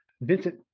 Vincent